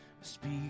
speak